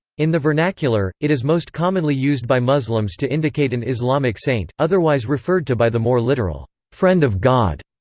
in the vernacular, it is most commonly used by muslims to indicate an islamic saint, otherwise referred to by the more literal friend of god.